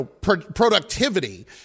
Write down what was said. productivity